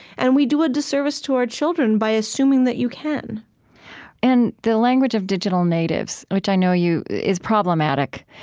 and we do a disservice to our children by assuming that you can and the language of digital natives, which i know you is problematic,